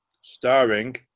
starring